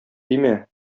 димә